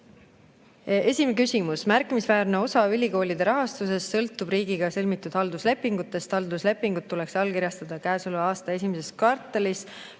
Esimene küsimus: "Märkimisväärne osa ülikoolide rahastusest sõltub riigiga sõlmitud halduslepingutest. Halduslepingud tuleks allkirjastada käesoleva aasta esimeses kvartalis,